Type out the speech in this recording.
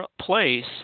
place